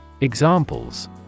Examples